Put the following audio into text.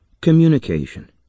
Communication